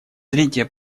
третье